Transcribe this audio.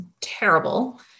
terrible